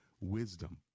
Wisdom